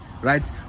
right